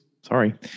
sorry